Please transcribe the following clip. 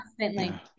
Constantly